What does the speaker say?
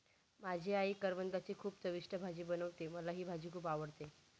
माझी आई करवंदाची खूप चविष्ट भाजी बनवते, मला ही भाजी खुप आवडते